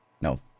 No